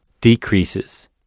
decreases